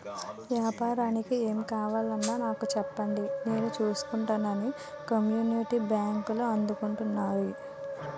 ఏపారానికి ఏం కావాలన్నా నాకు సెప్పండి నేను సూసుకుంటానని కమ్యూనిటీ బాంకులు ఆదుకుంటాయిరా